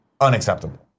unacceptable